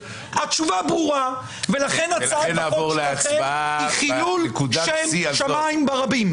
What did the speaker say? התשובה ברורה ולכן הצעת החוק שלכם היא חילול שם שמיים ברבים.